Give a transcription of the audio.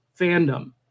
fandom